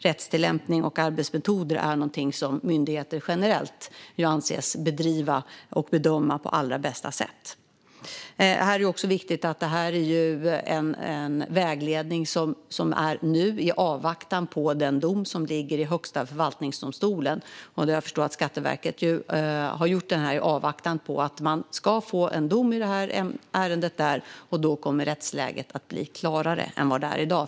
Rättstillämpning och arbetsmetoder är någonting som myndigheter generellt anses bedriva och bedöma på allra bästa sätt. Det är dessutom viktigt att veta att detta är en vägledning som gäller nu, i avvaktan på domen från Högsta förvaltningsdomstolen. Jag har förstått att Skatteverket har gjort den i avvaktan på att få en dom i det ärendet. Då kommer rättsläget att bli klarare än det är i dag.